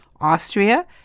Austria